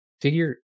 figure